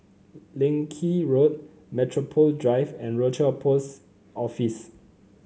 Leng Kee Road Metropole Drive and Rochor Post Office